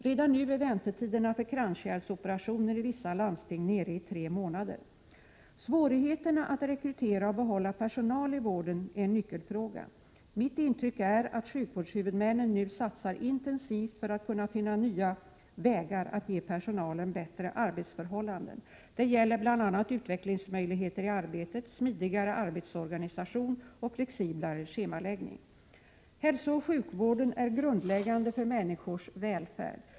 Redan nu är väntetiderna för kranskärlsoperationer i vissa landsting nere i tre månader. Svårigheterna att rekrytera och behålla personal i vården är en nyckelfråga. Mitt intryck är att sjukvårdshuvudmännen nu satsar intensivt för att finna nya vägar att ge personalen bättre arbetsförhållanden. Det gäller bl.a. utvecklingsmöjligheter i arbetet, smidigare arbetsorganisation och flexiblare schemaläggning. Hälsooch sjukvården är grundläggande för människors välfärd.